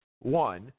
One